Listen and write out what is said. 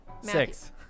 Six